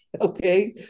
Okay